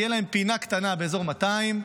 תהיה להם פינה קטנה באזור 200,